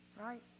right